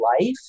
life